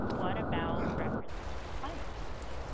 what about references to climate change?